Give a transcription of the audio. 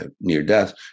near-death